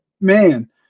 man